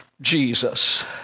Jesus